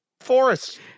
forest